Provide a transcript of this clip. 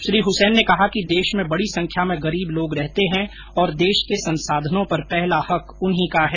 श्री हसैन ने कहा कि देश में बडी संख्या में गरीब लोग रहते है और देश के संसाधनों पर पहला हक उन्हीं का है